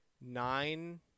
nine